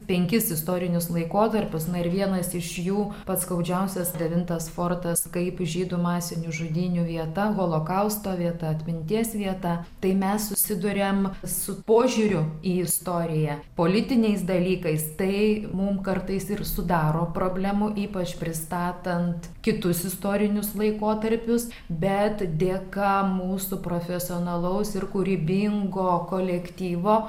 penkis istorinius laikotarpius na ir vienas iš jų pats skaudžiausias devintas fortas kaip žydų masinių žudynių vieta holokausto vieta atminties vieta tai mes susiduriam su požiūriu į istoriją politiniais dalykais tai mum kartais ir sudaro problemų ypač pristatant kitus istorinius laikotarpius bet dėka mūsų profesionalaus ir kūrybingo kolektyvo